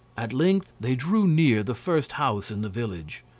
at length they drew near the first house in the village.